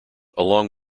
along